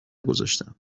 گذاشتم